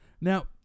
Now